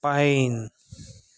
pine